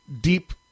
deep